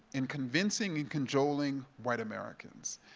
and convincing, and cajoling white americans.